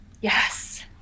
Yes